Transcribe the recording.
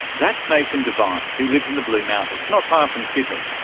that's nathan devine who lives in the blue mountains, not far from sydney,